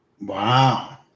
Wow